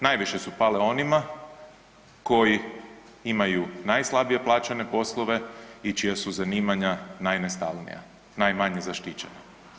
Najviše su pale onima koji imaju najslabije plaćene poslove i čija su zanimanja najnestalnija, najmanje zaštićena.